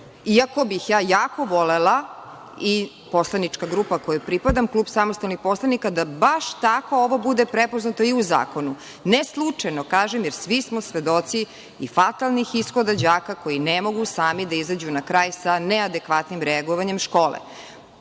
Iako bih ja jako volela, kao i poslanička grupa kojoj pripadam, Klub samostalnih poslanika, da baš tako ovo bude prepoznato i u zakonu. Ne slučajno, jer svi smo svedoci i fatalnih ishoda đaka koji ne mogu sami da izađu na kraj sa neadekvatnim reagovanjem škole. Ne